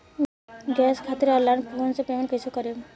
Gas खातिर online phone से payment कैसे करेम?